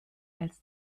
als